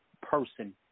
person